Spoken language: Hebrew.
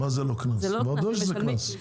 זה קנס, בוודאי שזה קנס.